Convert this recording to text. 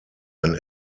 ein